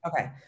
Okay